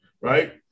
right